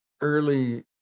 early